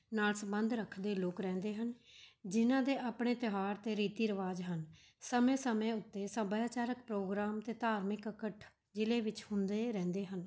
ਨਾਲ਼ ਸੰਬੰਧ ਰੱਖਦੇ ਲੋਕ ਰਹਿੰਦੇ ਹਨ ਜਿਹਨਾਂ ਦੇ ਆਪਣੇ ਤਿਉਹਾਰ ਅਤੇ ਰੀਤੀ ਰਿਵਾਜ ਹਨ ਸਮੇਂ ਸਮੇਂ ਉੱਤੇ ਸੱਭਿਆਚਾਰਕ ਪ੍ਰੋਗਰਾਮ ਅਤੇ ਧਾਰਮਿਕ ਇਕੱਠ ਜ਼ਿਲ੍ਹੇ ਵਿੱਚ ਹੁੰਦੇ ਰਹਿੰਦੇ ਹਨ